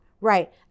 right